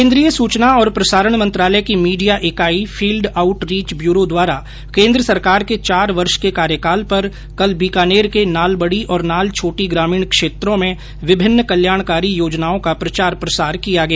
केन्द्रीय सुचना और प्रसारण मंत्रालय की मीडिया इकाइ फील्ड आउट रीच ब्यूरो द्वारा केन्द्र सरकार के चार वर्ष के कार्यकाल पर कल बीकानेर के नालबडी और नालछोटी ग्रामीण क्षेत्रों में विभिन्न कल्याणकारी योजनाओं का प्रचार प्रसार किया गया